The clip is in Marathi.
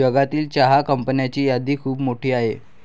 जगातील चहा कंपन्यांची यादी खूप मोठी आहे